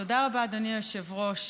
תודה רבה, אדוני היושב-ראש.